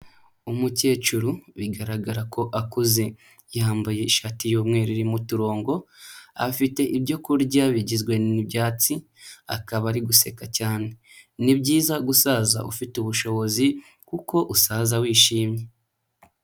Umukecuru bigaragara ko akuze. Yambaye ishati y'umweru irimo uturongo, afite ibyo kurya bigizwe n'ibyatsi, akaba ari guseka cyane. Ni byiza gusaza ufite ubushobozi, kuko usaza wishimye.